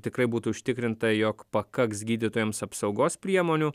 tikrai būtų užtikrinta jog pakaks gydytojams apsaugos priemonių